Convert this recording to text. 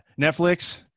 netflix